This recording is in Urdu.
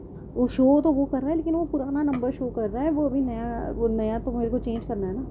وہ شو تو وہ کر رہا ہے لیکن وہ پرانا نمبر شو کر رہا ہے وہ ابھی نیا وہ نیا تو میرے کو چینج کرنا ہے نا